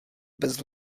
bez